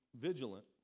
vigilant